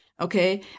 Okay